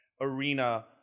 Arena